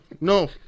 no